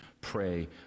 pray